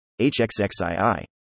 HXXII